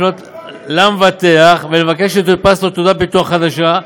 לפנות למבטח ולבקש שתודפס לו תעודת ביטוח חדשה.